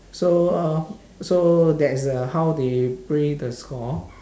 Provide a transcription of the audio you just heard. so uh so that is the how they play the score